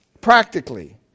practically